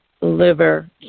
liver